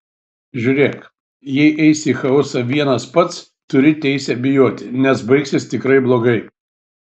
žiūrėk jei eisi į chaosą vienas pats turi teisę bijoti nes baigsis tikrai blogai